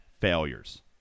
failures